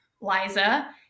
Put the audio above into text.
Liza